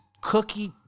cookie